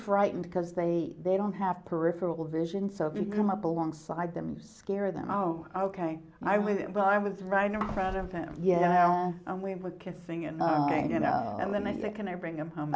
frightened because they they don't have peripheral vision so if you come up alongside them scare them oh ok i was well i was right in front of him yeah and we were kissing and you know and then i said can i bring him home